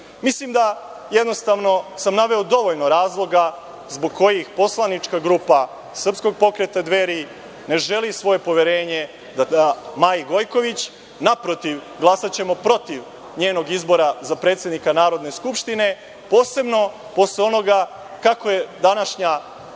da jednostavno sam naveo dovoljno razloga zbog kojih poslanička grupa Srpskog pokreta Dveri ne želi svoje poverenje da daju Maji Gojković, naprotiv, glasaćemo protiv njenog izbora za predsednika Narodne skupštine, posebno posle onoga kako je današnja